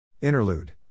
Interlude